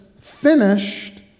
finished